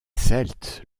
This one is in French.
celtes